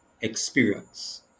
experience